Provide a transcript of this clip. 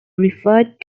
referred